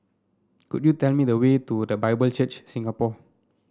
could you tell me the way to The Bible Church Singapore